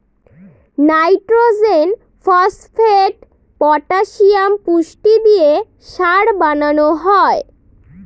nitrogen, phosphate, potassium পুষ্টি দিয়ে সার বানানো হয়